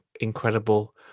incredible